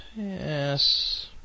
Yes